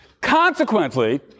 Consequently